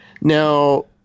Now